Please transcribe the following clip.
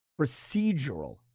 procedural